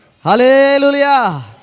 Hallelujah